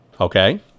okay